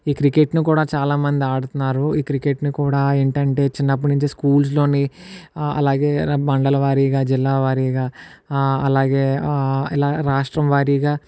ఈ క్రికెట్ను కూడా చాలా మంది ఆడుతున్నారు ఈ క్రికెట్ని కూడా ఏంటి అంటే చిన్నప్పటి నుంచి స్కూల్స్లోని అలాగే మండల వారీగా జిల్లా వారీగా అలాగే ఇలా రాష్ట్రం వారీగా